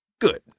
good